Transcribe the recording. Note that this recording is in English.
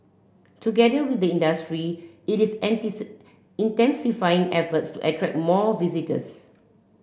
together with the industry it is intensifying efforts to attract more visitors